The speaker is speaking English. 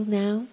now